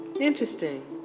interesting